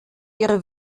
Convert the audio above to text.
ihre